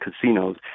casinos